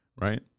right